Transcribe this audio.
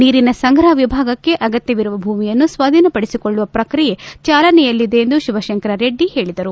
ನೀರಿನ ಸಂಗ್ರಹ ವಿಭಾಗಕ್ಕೆ ಅಗತ್ಯವಿರುವ ಭೂಮಿಯನ್ನು ಸ್ವಾಧೀನ ಪಡೆಸಿಕೊಳ್ಳುವ ಪ್ರಕ್ರಿಯೆ ಚಾಲನೆಯಲ್ಲಿದೆ ಎಂದು ಶಿವಶಂಕರರೆಡ್ಡಿ ಹೇಳಿದರು